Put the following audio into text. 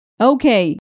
Okay